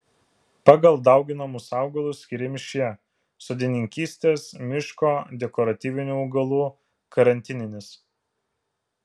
pagal dauginamus augalus skiriami šie sodininkystės miško dekoratyvinių augalų karantininis